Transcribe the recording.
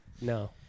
No